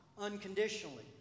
unconditionally